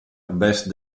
best